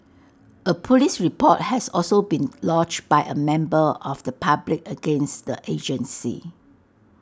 A Police report has also been lodged by A member of the public against the agency